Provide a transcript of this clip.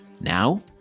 now